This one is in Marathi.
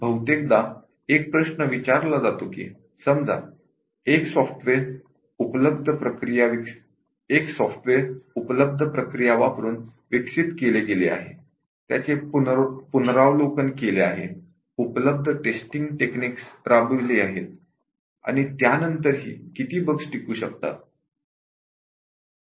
बहुतेकदा एक प्रश्न विचारला जातो की समजा एक सॉफ्टवेअर उपलब्ध प्रक्रिया वापरुन डेव्हलप केले गेले आहे त्याचे रिव्यू केले आहे उपलब्ध टेस्टींग टेक्निक्स राबवली आहेत आणि त्यानंतर ही किती बग्स टिकू शकतात